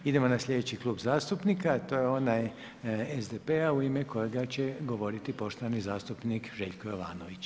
Idemo na sljedeći klub zastupnika, a to je onaj SDP-a u ime kojega će govoriti poštovani zastupnik Željko Jovanović.